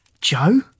Joe